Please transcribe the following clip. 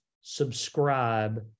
subscribe